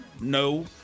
No